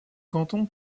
canton